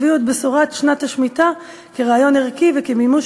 הביאו את בשורת שנת השמיטה כרעיון ערכי וכמימוש